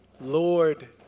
Lord